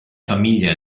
famiglia